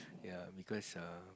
ya because uh